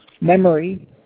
Memory